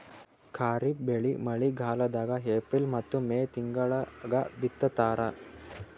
ಖಾರಿಫ್ ಬೆಳಿ ಮಳಿಗಾಲದಾಗ ಏಪ್ರಿಲ್ ಮತ್ತು ಮೇ ತಿಂಗಳಾಗ ಬಿತ್ತತಾರ